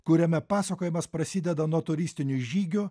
kuriame pasakojimas prasideda nuo turistinių žygių